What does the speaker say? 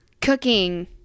Cooking